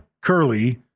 Curly